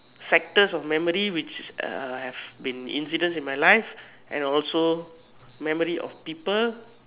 sectors of memory which uh have been incident in my life and also memory of people